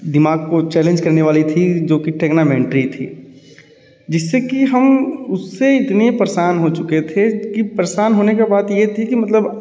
दिमाग को चैलेंज करने वाली थी जो कि टेग्नामेंट्री थी जिससे कि हम उससे इतने परेशान हो चुके थे कि परेशान होने की बात ये थी कि मतलब